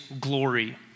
glory